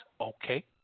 Okay